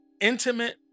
intimate